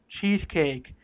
cheesecake